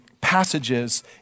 passages